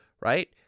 right